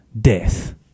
death